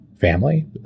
family